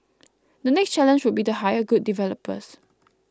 the next challenge would be to hire good developers